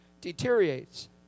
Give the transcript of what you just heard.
deteriorates